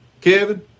Kevin